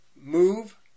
move